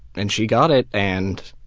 and she got it and